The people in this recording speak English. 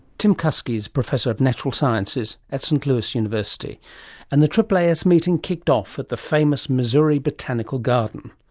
tim kusky is professor of natural sciences at st. louis university and the aaas meeting kicked off at the famous missouri botanical garden.